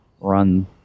run